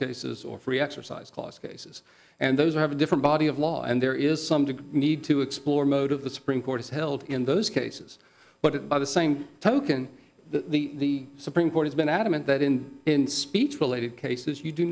cases or free exercise clause cases and those have a different body of law and there is some to need to explore most of the supreme court is held in those cases but it by the same token the supreme court has been adamant that in in speech related cases you do